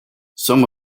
some